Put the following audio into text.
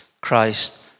Christ